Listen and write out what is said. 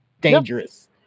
dangerous